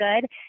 good